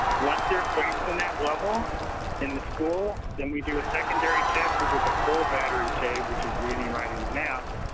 once they're placed in that level in the school, then we do a secondary test which is a full battery tabe which is reading, writing, and math.